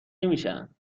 نمیشن